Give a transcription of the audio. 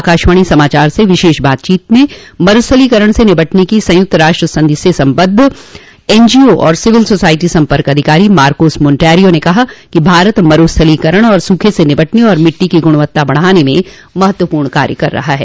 आकशवाणी समाचार से विशेष बातचीत में मरुस्थलीकरण से निपटने की संयुक्त राष्ट्र संघि से सम्बद्ध एनजीओ और सिविल सोसाइटी सम्पर्क अधिकारी मार्कोस मोन्टोरियो ने कहा कि भारत मरुस्थलीकरण और सूखे से निपटने तथा मिट्टी की गुणवत्ता बढ़ाने में महत्वपूर्ण कार्य कर रहा है